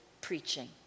preaching